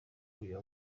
kujya